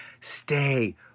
stay